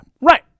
Right